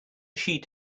sheet